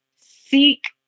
seek